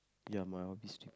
ya my one please do